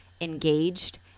engaged